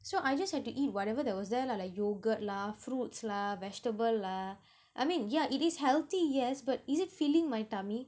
so I just have to eat whatever that was there lah like yogurt lah fruits lah vegetable lah I mean yeah it is healthy yes but is it filling my tummy